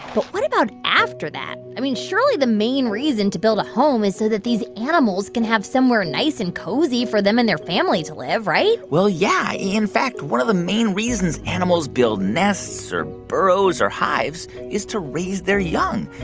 but what about after that? i mean, surely the main reason to build a home is so that these animals can have somewhere nice and cozy for them and their family to live, right? well, yeah. in fact, one of the main reasons animals build nests or burrows or hives is to raise their young,